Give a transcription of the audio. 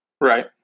right